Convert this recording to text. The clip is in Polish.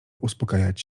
uspokajać